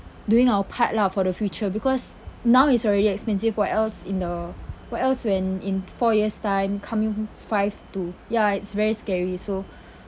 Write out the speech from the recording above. doing our part lah for the future because now is already expensive what else in the what else when in four years' time coming five to ya it's very scary so